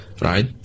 right